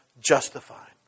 justified